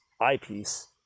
eyepiece